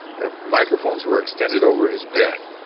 the microphones were extended over his bed.